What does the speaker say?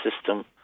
system